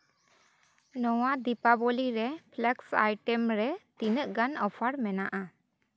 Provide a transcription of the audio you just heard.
ᱱᱚᱣᱟ ᱫᱤᱯᱟᱵᱚᱞᱤ ᱨᱮ flex item ᱨᱮ ᱛᱤᱱᱟᱹᱜ ᱜᱟᱱ ᱚᱯᱷᱟᱨ ᱢᱮᱱᱟᱜᱼᱟ